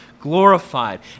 glorified